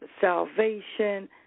salvation